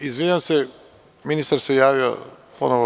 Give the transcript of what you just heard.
Izvinjavam se, ministar se javio ponovo.